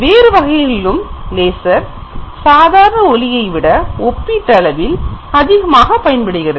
வேறு வகைகளிலும் லேசர் சாதாரண ஒளியை விட ஒப்பீட்டளவில் அதிகமாக பயன்படுகிறது